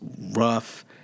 rough